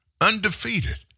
Undefeated